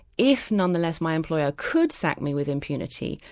if nonetheless my employer could sack me with impunity,